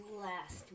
last